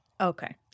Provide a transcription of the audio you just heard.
Okay